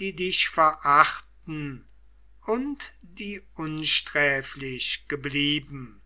die dich verraten und die unsträflich geblieben